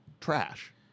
trash